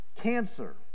Cancer